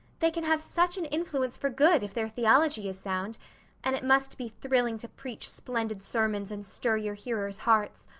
they can have such an influence for good, if their theology is sound and it must be thrilling to preach splendid sermons and stir your hearers' hearts.